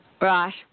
Right